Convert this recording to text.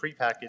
prepackaged